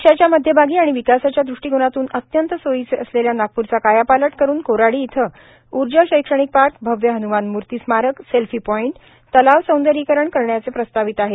देशाच्या मध्यभागी आणि विकासाच्या ृष्टीकोनातून अत्यंत सोयीचे असलेल्या नागप्रचा कायापालट करून कोराडी इथं ऊर्जा शैक्षणिक पार्क भव्य हन्मान मूर्ती स्मारक सेल्फी पॉइंट तलाव सौंदर्यीकरण करण्याचे प्रस्तावित आहे